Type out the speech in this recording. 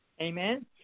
Amen